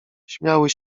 śmiały